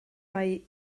mae